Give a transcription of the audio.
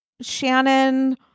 Shannon